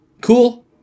Cool